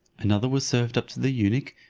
another was served up to the eunuch,